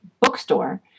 bookstore